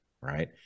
right